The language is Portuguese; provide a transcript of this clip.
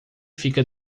fica